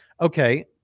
Okay